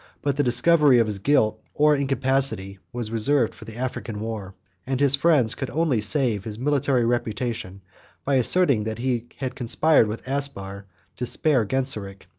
but the discovery of his guilt, or incapacity, was reserved for the african war and his friends could only save his military reputation by asserting, that he had conspired with aspar to spare genseric,